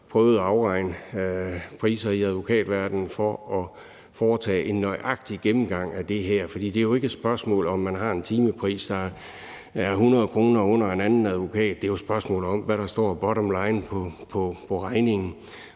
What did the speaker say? prøvet at afregne priser i advokatverdenen, for at foretage en nøjagtig gennemgang af det her. For det er jo ikke et spørgsmål om, om man har en timepris, der er 100 kr. under en anden advokats timepris. Det er jo et spørgsmål om, hvad der står bottomline på regningen.